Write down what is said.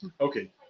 Okay